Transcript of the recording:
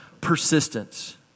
persistence